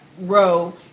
row